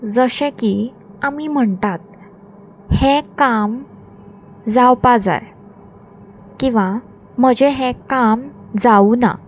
जशें की आमी म्हणटात हें काम जावपा जाय किंवां म्हजें हें काम जाव ना